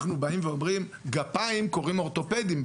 אנחנו באים ואומרים גפיים קוראים אורתופדים,